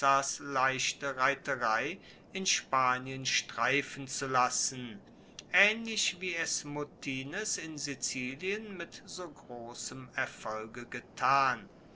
leichte reiterei in spanien streifen zu lassen aehnlich wie es muttines in sizilien mit so grossem erfolge getan